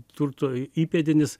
turto įpėdinis